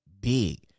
big